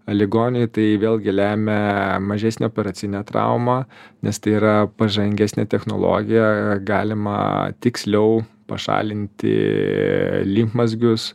ligoniui tai vėlgi lemia mažesnę operacinę traumą nes tai yra pažangesnė technologija galima tiksliau pašalinti limfmazgius